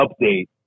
update